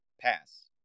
pass